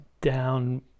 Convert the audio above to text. down